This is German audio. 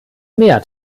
meer